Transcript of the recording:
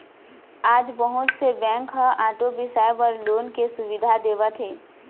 आज बहुत से बेंक ह आटो बिसाए बर लोन के सुबिधा देवत हे